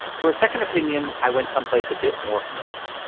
for a second opinion, i went someplace a bit more familiar.